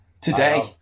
Today